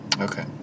Okay